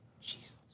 Jesus